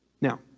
Now